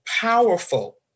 powerful